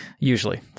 Usually